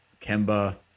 Kemba